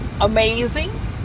amazing